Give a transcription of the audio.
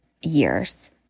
years